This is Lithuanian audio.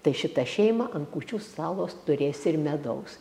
tai šita šeima ant kūčių stalo turės ir medaus